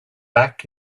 back